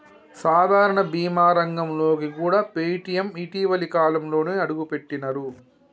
సాధారణ బీమా రంగంలోకి కూడా పేటీఎం ఇటీవలి కాలంలోనే అడుగుపెట్టినరు